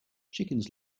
chickens